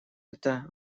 это